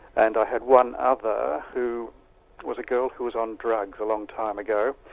and i had one other who was a girl who was on drugs a long time ago,